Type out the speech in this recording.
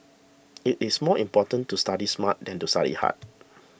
it is more important to study smart than to study hard